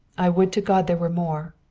i would to god there were more!